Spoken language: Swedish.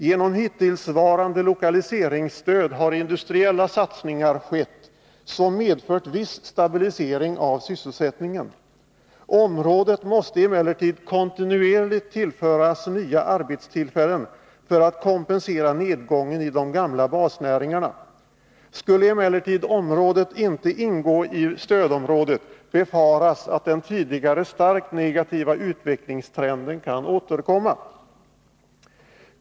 Genom hittillsvarande lokaliseringsstöd har industriella satsningar skett som medfört viss stabilisering av sysselsättningen. Området måste emellertid kontinuerligt tillföras nya arbetstillfällen för att kompensera nedgången i de gamla basnäringarna. Skulle emellertid området inte ingå i stödområdet befaras att den tidigare starkt negativa utvecklingstrenden kan återkomma.